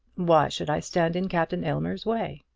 why should i stand in captain aylmer's way?